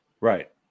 Right